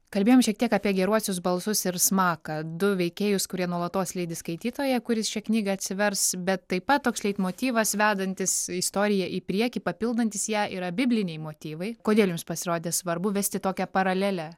kalbėjom šiek tiek apie geruosius balsus ir smaką du veikėjus kurie nuolatos lydi skaitytoją kuris šią knygą atsivers bet taip pat toks leitmotyvas vedantis istoriją į priekį papildantis ją yra bibliniai motyvai kodėl jums pasirodė svarbu vesti tokią paralelę